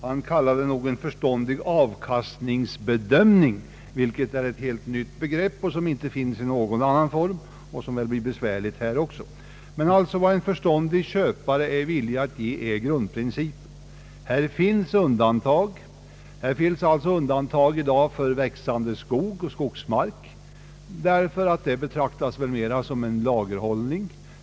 Han talar om en förståndig avkastningsbedömning, ett helt nytt begrepp som torde bli svårt att tillämpa. Vad en förståndig köpare är villig att ge är alltså grundprincipen. Här finns undantag i dag för t.ex. växande skog och skogsmark, eftersom man betraktar det så att där är det mer fråga om lagerhållning.